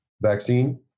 vaccine